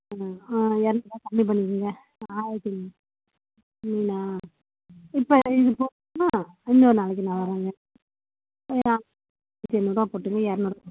ம் இரநூறுரூவா கம்மி பண்ணிக்கோங்க ஆயிரத்தி மீனா இப்போ இது போதும் இன்னோரு நாளைக்கு நான் வரேங்க போட்டுங்க இரநூறு